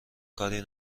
کاری